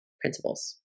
principles